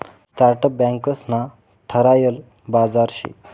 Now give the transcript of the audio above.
startup banks ना ठरायल बाजार शे